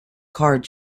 card